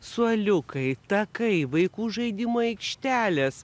suoliukai takai vaikų žaidimų aikštelės